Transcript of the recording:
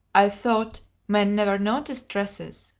i thought men never noticed dresses?